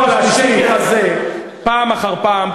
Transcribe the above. אתה תחזור על השקר הזה פעם אחר פעם,